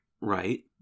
right